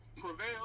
prevail